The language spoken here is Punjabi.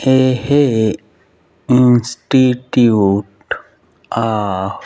ਇਹ ਇੰਸਟੀਟਿਊਟ ਆਫ਼